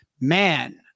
man